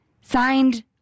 signed